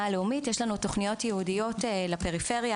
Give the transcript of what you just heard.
הלאומית יגדל יש לנו תכניות ייעודיות לפריפריה,